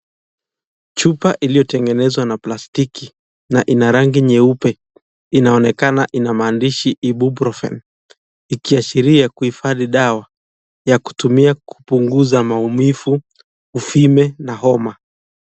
Chupa iliyotengenezwa na plastiki na ina rangi nyeupe inaonekana ina maandishi Ibuprofen , ikiashiria kuhifadhi dawa ya kutumia kupunguza maumivu, uvime na homa.